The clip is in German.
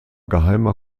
geheimer